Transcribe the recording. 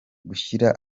gushyira